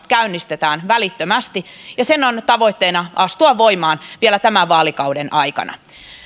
käynnistetään välittömästi ja sen tavoitteena on astua voimaan vielä tämän vaalikauden aikana